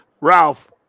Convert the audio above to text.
Ralph